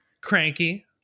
cranky